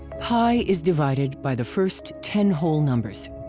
pi is divided by the first ten whole numbers.